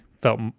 felt